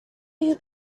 you